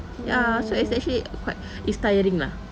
ya so it's actually quite it's tiring lah